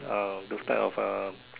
uh those type of a